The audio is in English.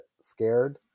scared